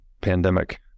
pandemic